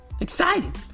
Exciting